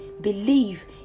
believe